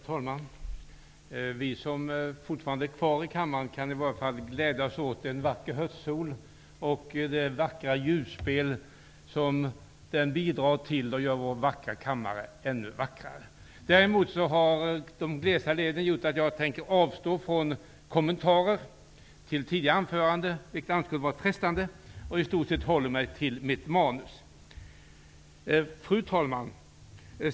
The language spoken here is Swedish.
Fru talman! Vi som fortfarande är kvar i kammaren kan glädjas åt en vacker höstsol och åt det ljusspel som den bidrar till. Det gör vår vackra kammare ännu vackrare. De glesa leden har gjort att jag tänker avstå från kommentarer till tidigare anföranden, vilket annars är frestande, och i stort sett hålla mig till mitt manus. Fru talman!